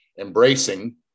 embracing